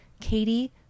Katie